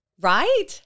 right